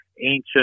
ancient